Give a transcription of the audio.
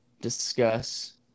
discuss